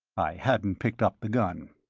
i hadn't picked up the gun.